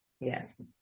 Yes